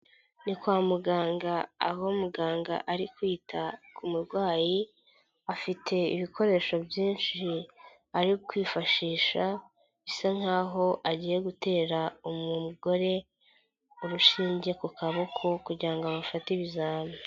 Ni kwa muganga, aho muganga ari kwita ku murwayi afite ibikoresho byinshi ari kwifashisha. Bisa nk'aho agiye gutera umugore urushinge ku kaboko, kugira ngo abafate ibizami.